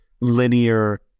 linear